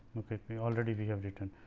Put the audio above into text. ok already we have written.